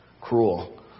cruel